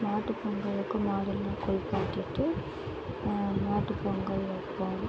மாட்டு பொங்கலுக்கு மாடெல்லாம் குளிப்பாட்டிட்டு மாட்டு பொங்கல் வைப்போம்